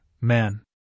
man